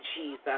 Jesus